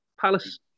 Palace